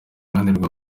ananirwa